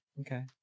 Okay